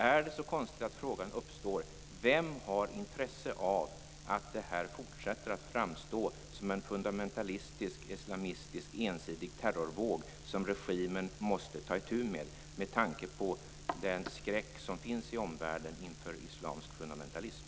Är det så konstigt att frågan uppstår om vem som har intresse av att det fortsätter att framstå som en fundamentalistisk islamistiskt ensidig terrorvåg som regimen måste ta itu med, med tanke på den skräck som finns i omvärlden inför islamsk fundamentalism?